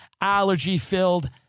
allergy-filled